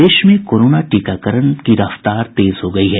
प्रदेश में कोरोना टीकाकरण की रफ्तार तेज हो गयी है